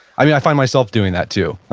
i find myself doing that too